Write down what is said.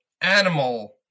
animal